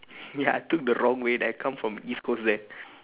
ya I took the wrong way then I come from east coast there